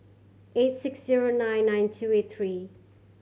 eight six zero nine nine two eight three